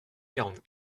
quarante